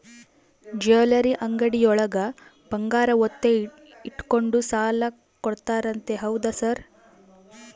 Jewellery ಅಂಗಡಿಯೊಳಗ ಬಂಗಾರ ಒತ್ತೆ ಇಟ್ಕೊಂಡು ಸಾಲ ಕೊಡ್ತಾರಂತೆ ಹೌದಾ ಸರ್?